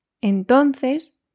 Entonces